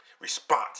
response